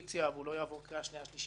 והוא לא יעבור שנייה-שלישית בלי.